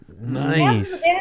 nice